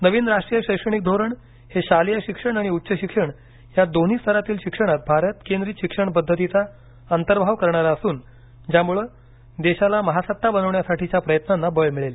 नवीन राष्ट्रीय शैक्षणिक धोरण हे शालेय शिक्षण आणि उच्च शिक्षण या दोन्ही स्तरातील शिक्षणात भारत केंद्रीत शिक्षण पद्धतीचा अंतर्भाव करणार असून ज्यामुळे देशाला महासत्ता बनविण्यासाठीच्या प्रयत्नांना बळ मिळेल